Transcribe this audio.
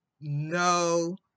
no